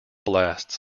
blasts